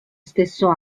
stesso